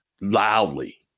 loudly